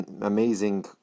amazing